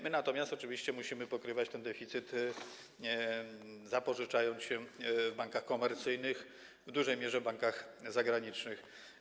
My natomiast musimy pokrywać ten deficyt, zapożyczając się w bankach komercyjnych, w dużej mierze bankach zagranicznych.